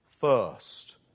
first